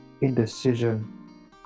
indecision